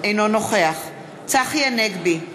אינו נוכח צחי הנגבי,